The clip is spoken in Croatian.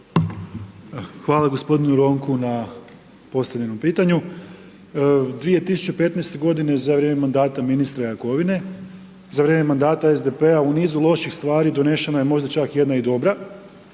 Hvala g. Ronku na postavljenom pitanju. 2015. g. za vrijeme mandata ministra Jakovine, za vrijeme mandata SDP-a u nizu loših stvari donešena je možda čak jedna i dobra,